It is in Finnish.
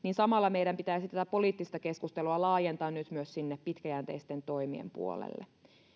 ja samalla meidän pitäisi nyt laajentaa tätä poliittista keskustelua myös sinne pitkäjänteisten toimien puolelle